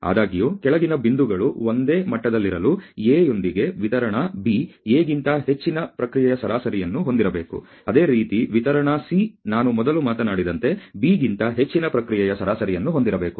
ಆದಾಗ್ಯೂ ಕೆಳಗಿನ ಬಿಂದುಗಳು ಒಂದೇ ಮಟ್ಟದಲ್ಲಿರಲು A ಯೊಂದಿಗೆ ವಿತರಣಾ B A ಗಿಂತ ಹೆಚ್ಚಿನ ಪ್ರಕ್ರಿಯೆಯ ಸರಾಸರಿಯನ್ನು ಹೊಂದಿರಬೇಕು ಅದೇ ರೀತಿ ವಿತರಣಾ C ನಾನು ಮೊದಲು ಮಾತನಾಡಿದಂತೆ B ಗಿಂತ ಹೆಚ್ಚಿನ ಪ್ರಕ್ರಿಯೆಯ ಸರಾಸರಿಯನ್ನು ಹೊಂದಿರಬೇಕು